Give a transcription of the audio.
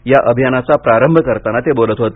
या अभियानाचा प्रारंभ करताना ते बोलत होते